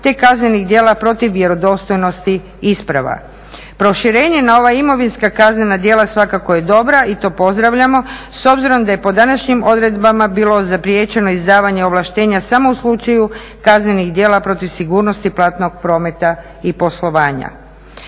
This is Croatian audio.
te kaznenih djela protiv vjerodostojnosti isprava. Proširenje na ova imovinska kaznena djela svakako je dobra i to pozdravljamo, s obzirom da je po današnjim odredbama bilo zapriječeno izdavanje ovlaštenja samo u slučaju kaznenih djela protiv sigurnosti platnog prometa i poslovanja.